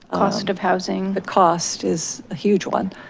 cost of housing, the cost is a huge one.